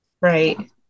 Right